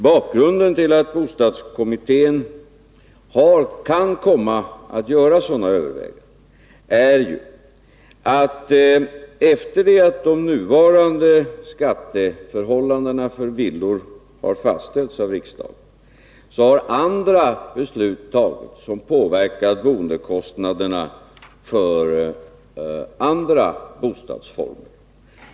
Bakgrunden till att bostadskommittén kan komma att göra sådana överväganden är, att efter det att de nuvarande förhållandena när det gäller skatter för villor har fastställts av riksdagen har andra beslut fattats, som påverkat kostnaderna för andra boendeformer.